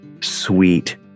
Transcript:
sweet